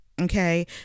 okay